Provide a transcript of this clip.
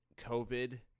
COVID